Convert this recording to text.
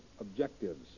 objectives